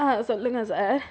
ஆ சொல்லுங்கள் சார்